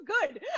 good